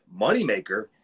moneymaker